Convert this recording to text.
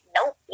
Nope